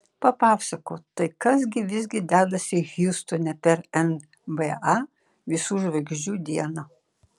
papasakok tai kas visgi dedasi hjustone per nba visų žvaigždžių dieną